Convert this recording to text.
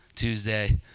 Tuesday